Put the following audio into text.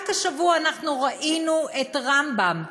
רק השבוע ראינו את רמב"ם צועקים: